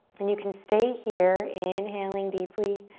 and you can stay here, inhaling deeply,